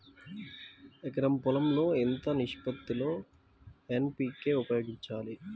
ఎకరం పొలం లో ఎంత నిష్పత్తి లో ఎన్.పీ.కే ఉపయోగించాలి?